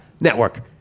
Network